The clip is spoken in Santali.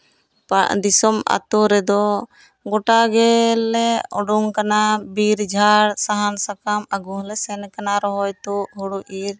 ᱟᱞᱮ ᱫᱤᱥᱚᱢ ᱟᱛᱩ ᱨᱮᱫᱚ ᱜᱚᱴᱟᱜᱮᱞᱮ ᱩᱰᱩᱝ ᱠᱟᱱᱟ ᱢᱟᱱᱮ ᱵᱤᱨ ᱡᱷᱟᱲ ᱥᱟᱦᱟᱱ ᱥᱟᱠᱟᱢ ᱟᱹᱜᱩ ᱦᱚᱞᱮ ᱥᱮᱱ ᱟᱠᱟᱱᱟ ᱨᱚᱦᱚᱭ ᱛᱳᱫ ᱦᱩᱲᱩ ᱤᱨ